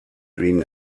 green